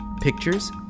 pictures